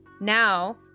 Now